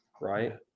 right